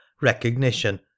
recognition